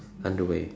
underwear